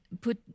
put